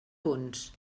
punts